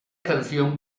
canción